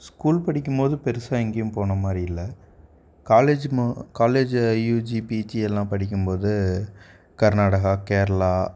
school படிக்கும்போது பெருசாக எங்கேயும் போன மாதிரி இல்லை காலேஜ் ம காலேஜ் யூஜி பிஜி எல்லாம் படிக்கும்போது கர்நாடகா கேரளா